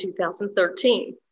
2013